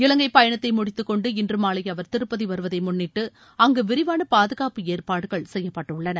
இவங்கை பயணத்தை முடித்துக்கொண்டு இன்றுமாவை அவர் திருப்பதி வருவதை முன்னிட்டு அங்கு விரிவான பாதுகாப்பு ஏற்பாடுகள் செய்யப்பட்டுள்ளன